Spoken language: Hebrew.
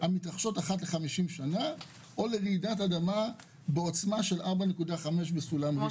המתרחשות אחת ל-70 שנים או לרעידת אדמה בעוצמה של 4.5 בסולם ריכטר.